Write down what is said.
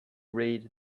read